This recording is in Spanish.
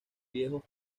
viejos